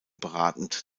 beratend